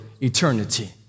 eternity